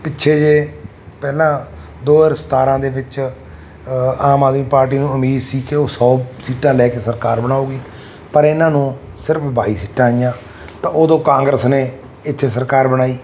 ਪਿਛੇ ਜਿਹੇ ਪਹਿਲਾਂ ਦੋ ਹਜ਼ਾਰ ਸਤਾਰਾਂ ਦੇ ਵਿੱਚ ਆਮ ਆਦਮੀ ਪਾਰਟੀ ਨੂੰ ਉਮੀਦ ਸੀ ਕਿ ਉਹ ਸੌ ਸੀਟਾਂ ਲੈ ਕੇ ਸਰਕਾਰ ਬਣਾਵੇਗੀ ਪਰ ਇਹਨਾਂ ਨੂੰ ਸਿਰਫ਼ ਬਾਈ ਸੀਟਾਂ ਆਈਆਂ ਤਾਂ ਉਦੋਂ ਕਾਂਗਰਸ ਨੇ ਇੱਥੇ ਸਰਕਾਰ ਬਣਾਈ